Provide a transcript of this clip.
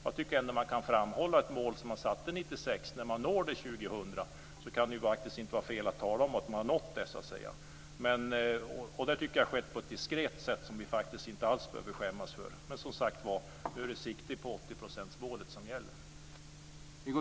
Jag tycker ändå att man kan framhålla att man har nått ett mål 2000 som man satte 1996. Då kan det inte vara fel att tala om att man har nått det. Jag tycker att det har skett på ett diskret sätt som vi inte alls behöver skämmas för. Men som sagt var: Nu är det sikte på 80-procentsmålet som gäller.